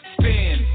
Spin